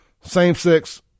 same-sex